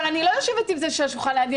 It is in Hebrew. אבל אני לא יושבת עם זה שבשולחן לידי,